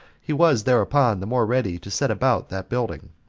he was thereupon the more ready to set about that building.